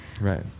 Right